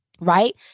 right